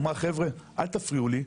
אמרה חבר'ה, אל תפריעו לי,